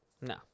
No